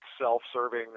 self-serving